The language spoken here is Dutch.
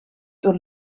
door